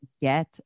get